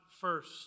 first